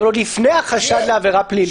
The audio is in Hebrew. אבל עוד לפני החשד לעבירה פלילית,